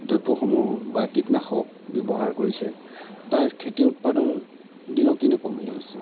দ্ৰব্যসমূহ বা কীটনাশক ব্যৱহাৰ কৰিছে তাৰ খেতিৰ উৎপাদন দিনক দিনে কমি আহিছে